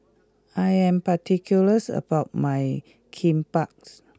I am particular about my Kimbaps